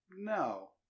no